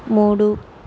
మూడు